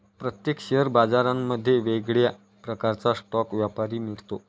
प्रत्येक शेअर बाजारांमध्ये वेगळ्या प्रकारचा स्टॉक व्यापारी मिळतो